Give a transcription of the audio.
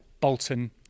Bolton